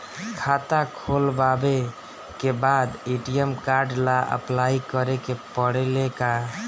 खाता खोलबाबे के बाद ए.टी.एम कार्ड ला अपलाई करे के पड़ेले का?